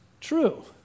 True